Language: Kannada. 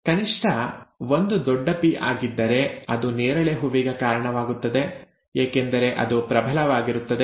ಕನಿಷ್ಠ ಒಂದು ದೊಡ್ಡ ಪಿ ಆಗಿದ್ದರೆ ಅದು ನೇರಳೆ ಹೂವಿಗೆ ಕಾರಣವಾಗುತ್ತದೆ ಏಕೆಂದರೆ ಅದು ಪ್ರಬಲವಾಗಿರುತ್ತದೆ